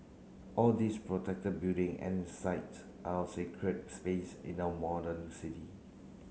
all these protected building and sites are our sacred space in our modern city